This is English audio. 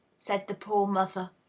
said the poor mother.